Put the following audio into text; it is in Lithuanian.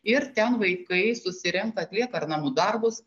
ir ten vaikai susirenka atlieka ar namų darbus